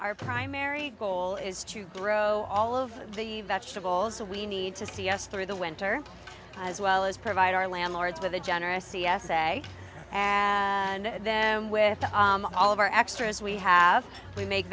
our primary goal is to grow all of the vegetables we need to see us through the winter as well as provide our landlords with a generous c s a and them with all of our extras we have we make